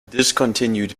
discontinued